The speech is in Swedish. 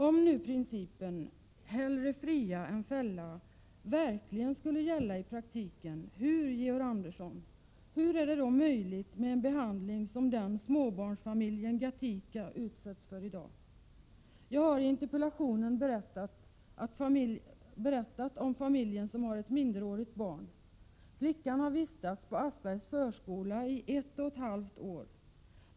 Om nu principen ”hellre fria än fälla” verkligen skulle gälla i praktiken, hur är det då möjligt, Georg Andersson, med en behandling som den småbarnsfamiljen Gatica utsätts för i dag? Jag har i min interpellation berättat om familjen som har ett minderårigt barn. Flickan har vistats på Assbergs förskola i ett och ett halvt år.